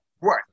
right